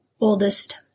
oldest